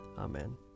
Amen